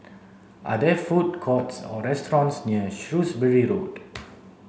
are there food courts or restaurants near Shrewsbury Road